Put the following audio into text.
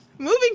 Moving